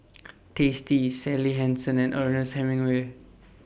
tasty Sally Hansen and Ernest Hemingway